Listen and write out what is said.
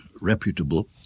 reputable